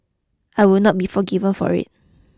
I would not be forgiven for it